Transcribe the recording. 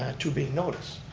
two being notice.